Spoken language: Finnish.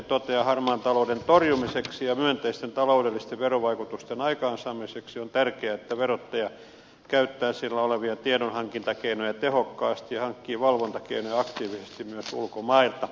harmaan talouden torjumiseksi ja myönteisten taloudellisten verovaikutusten aikaansaamiseksi on tärkeää että verottaja käyttää sillä olevia tiedonhankintakeinoja tehokkaasti ja hankkii valvontatietoja aktiivisesti myös ulkomailta